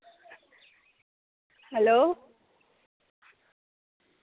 hello